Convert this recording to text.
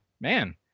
man